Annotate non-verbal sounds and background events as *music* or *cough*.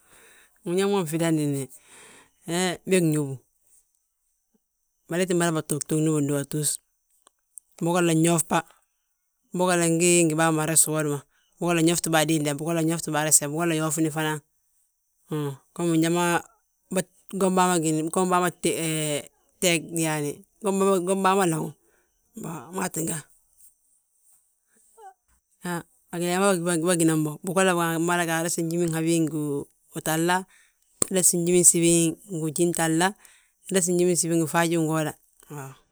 Biñaŋ ma nŧidandini, he bég ñóbu, bari itin mada bà tutuugna bindúbatus. Bigolla nyoof bàa, bigolla ngí ngi bàaa ma resu uwodi ma, bigolla nyooftibà a diinde, bigolla nyoofti bà a rese, bigolla yoofni fana. Uuŋ gomi njali ma, *hesitation* ggom bâa ma gíni, ggom bâa ma teg yaale, ggom bâa ma laŋu. Wi maa ttínga, a gilee ma bâginan mbo bigolla bà, mada ga a resi njminhabi ngu utahla, bigolla resi njiminsibi ngi ujintahla, resi njiminsibi ngi faajingooda waa.